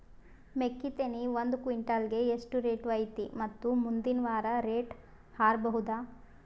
ಮೆಕ್ಕಿ ತೆನಿ ಒಂದು ಕ್ವಿಂಟಾಲ್ ಗೆ ಎಷ್ಟು ರೇಟು ಐತಿ ಮತ್ತು ಮುಂದಿನ ವಾರ ರೇಟ್ ಹಾರಬಹುದ?